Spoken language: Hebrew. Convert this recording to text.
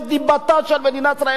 הרי רק אותם יצטטו.